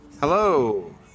hello